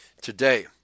today